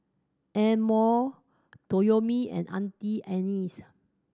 Amore Toyomi and Auntie Anne's